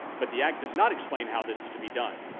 but the act does not explain how this is to be done.